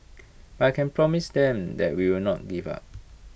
but I can promise them that we will not give up